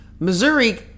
Missouri